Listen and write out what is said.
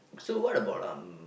so what about um